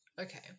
okay